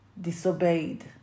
disobeyed